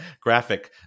graphic